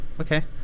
okay